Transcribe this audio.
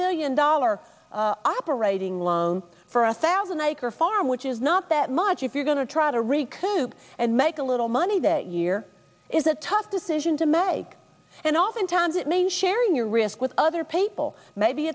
million dollar operating loan for a thousand acre farm which is not that much if you're going to try to recoup and make a little money that year is a tough decision to meg and oftentimes it may be sharing your risk with other people maybe